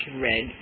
red